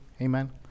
Amen